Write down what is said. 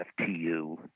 FTU